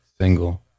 single